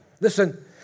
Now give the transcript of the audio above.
Listen